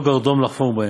ולא קרדום לחפור בהם: